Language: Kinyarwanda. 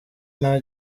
nta